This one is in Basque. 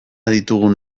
ditugun